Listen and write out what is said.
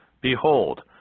Behold